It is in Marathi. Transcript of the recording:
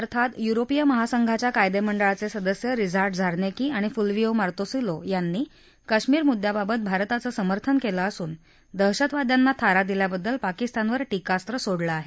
अर्थात युरोपीय महासंघाच्या कायदेमंडळाचे सदस्य रिझार्ड झारनेकी आणि फुलविओ मातोंसीलो यांनी कश्मीर मुद्द्याबाबत भारताचं समर्थन केलं असून दहशतवाद्यांना थारा दिल्याबद्दल पाकिस्तानवर टीकास्त्र सोडलं आहे